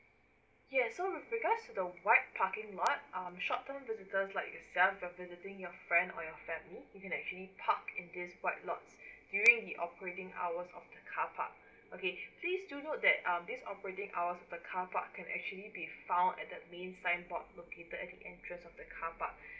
yes so because the white parking lot um short term visitors like yourself visiting your friend or your family you can actually park at this white lot during the operating hours of the car park okay please do note that um this operating hour of the car park can actually be found at the main sign board located at the main entrance of the car park